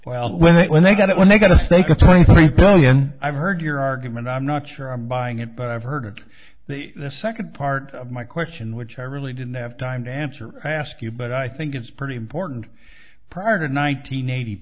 well when they when they got it when they got to take a twenty three billion i've heard your argument i'm not sure i'm buying it but i've heard that the second part of my question which i really didn't have time to answer ask you but i think it's pretty important prior to